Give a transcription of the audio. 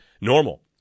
normal